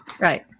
Right